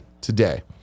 today